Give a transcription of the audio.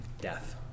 death